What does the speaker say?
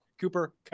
cooper